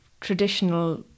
traditional